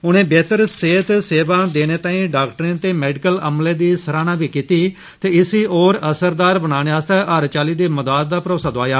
उनें बेह्तर सेहत सेवां देने ताई डॉक्टरें ते मैडिकल अमले दी सराहना कीती ते इस्सी होर असरदार बनाने आस्तै हर चाली दी मदाद दा भरोसा दुआया